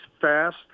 fast